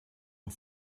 und